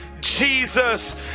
Jesus